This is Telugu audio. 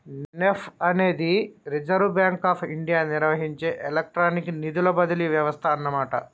నెప్ప్ అనేది రిజర్వ్ బ్యాంక్ ఆఫ్ ఇండియా నిర్వహించే ఎలక్ట్రానిక్ నిధుల బదిలీ వ్యవస్థ అన్నమాట